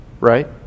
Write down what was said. Right